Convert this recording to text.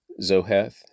Zoheth